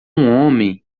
homem